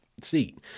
seat